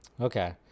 Okay